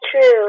true